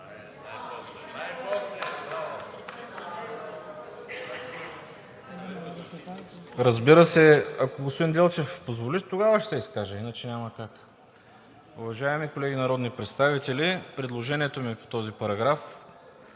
Разбира се, ако господин Делчев позволи, тогава ще се изкажа, иначе няма как. Уважаеми колеги народни представители, предложението ми по този параграф